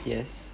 yes